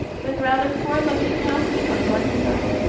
with rather poor-looking houses on one side,